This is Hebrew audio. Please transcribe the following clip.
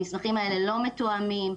המסמכים האלה לא מתואמים,